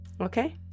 Okay